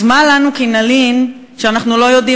אז מה לנו כי נלין שאנחנו לא יודעים